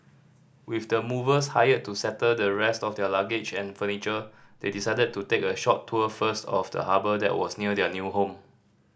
with the movers hired to settle the rest of their luggage and furniture they decided to take a short tour first of the harbour that was near their new home